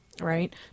right